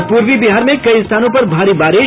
और पूर्वी बिहार में कई स्थानों पर भारी बारिश